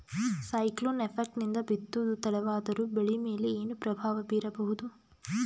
Cyclone effect ನಿಂದ ಬಿತ್ತೋದು ತಡವಾದರೂ ಬೆಳಿ ಮೇಲೆ ಏನು ಪ್ರಭಾವ ಬೀರಬಹುದು?